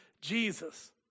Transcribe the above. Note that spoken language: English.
Jesus